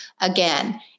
again